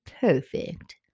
Perfect